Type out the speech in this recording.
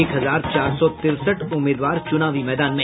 एक हजार चार सौ तिरसठ उम्मीदवार चुनावी मैदान में